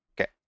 Okay